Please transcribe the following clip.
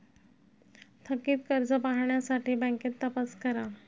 थकित कर्ज पाहण्यासाठी बँकेत तपास करा